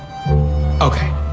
Okay